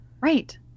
Right